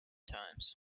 times